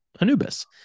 Anubis